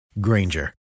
Granger